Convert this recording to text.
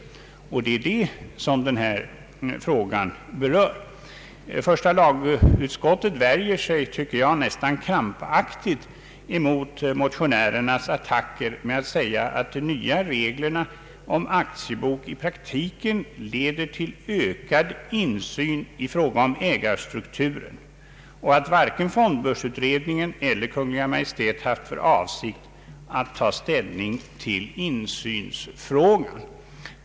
Det är detta denna fråga berör. Första lagutskottet värjer sig, tycker jag, nästan krampaktigt mot motionärernas attacker genom att säga att de nya reglerna om aktiebok i praktiken leder till ökad insyn i fråga om ägarstrukturen och att varken fondbörsutredningen eller Kungl. Maj:t har haft för avsikt att ta ställning till insynsfrågan.